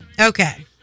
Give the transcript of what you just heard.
Okay